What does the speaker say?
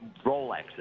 Rolexes